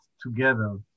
together